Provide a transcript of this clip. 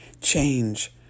change